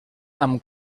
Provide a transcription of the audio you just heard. amb